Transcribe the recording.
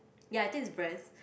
ya I think is breast